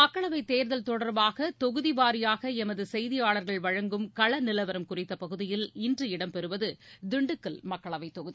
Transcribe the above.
மக்களவைத் தேர்தல் தொடர்பாகதொகுதிவாரியாகஎமதுசெய்தியாளர்கள் வழங்கும் களநிலவரம் குறித்தபகுதியில் இன்று இடம் பெறுவதுதிண்டுக்கல் மக்களவைதொகுதி